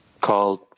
called